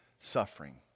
suffering